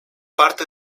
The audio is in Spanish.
parte